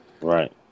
Right